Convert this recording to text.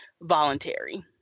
voluntary